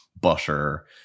butter